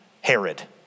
Herod